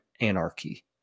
anarchy